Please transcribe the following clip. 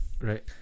Right